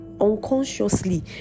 unconsciously